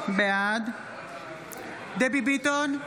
בעד דבי ביטון,